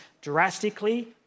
drastically